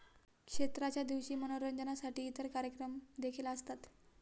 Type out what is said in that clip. क्षेत्राच्या दिवशी मनोरंजनासाठी इतर कार्यक्रम देखील असतात